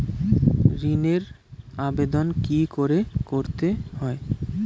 ঋণের আবেদন কি করে করতে হয়?